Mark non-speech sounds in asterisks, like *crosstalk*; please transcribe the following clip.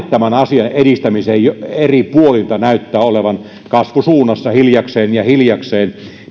*unintelligible* tämän asian edistämiseen eri puolilta näyttää olevan kasvusuunnassa hiljakseen ja hiljakseen